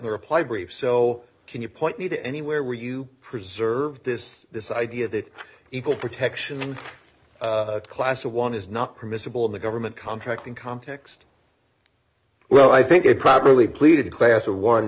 the reply brief so can you point me to anywhere where you preserve this this idea that equal protection class of one is not permissible in the government contracting context well i think a properly pleaded class